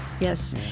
Yes